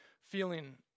feeling